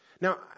Now